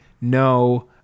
no